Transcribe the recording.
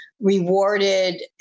rewarded